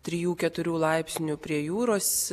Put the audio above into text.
trijų keturių laipsnių prie jūros